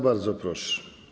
Bardzo proszę.